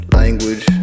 language